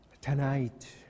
tonight